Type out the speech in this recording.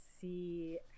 see